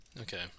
Okay